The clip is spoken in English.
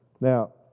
Now